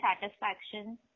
satisfaction